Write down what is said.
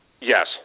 Yes